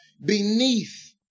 beneath